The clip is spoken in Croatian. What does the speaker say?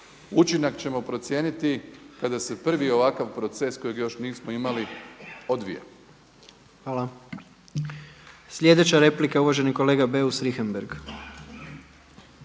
Učinak ćemo procijeniti kada se prvi ovakav proces kojega još nismo imali odvije. **Jandroković, Gordan (HDZ)** Hvala. Sljedeća replika uvaženi kolega Beus Richembergh.